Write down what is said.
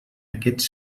aquests